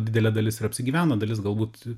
didelė dalis apsigyveno dalis galbūt